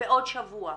בעוד שבוע,